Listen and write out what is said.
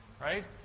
right